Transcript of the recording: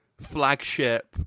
flagship